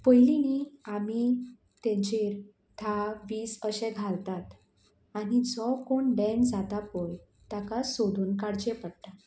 पयलीं न्ही आमी तेंचेर धा वीस अशें घालतात आनी जो कोण डॅन जाता पय ताका सोदून काडचें पडटा